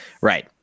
Right